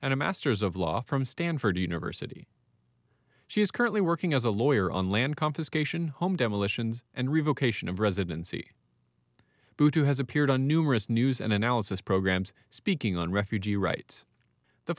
and a masters of law from stanford university she is currently working as a lawyer on land confiscation home demolitions and revoke ation of residency buju has appeared on numerous news and analysis programs speaking on refugee rights the